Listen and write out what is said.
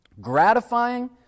gratifying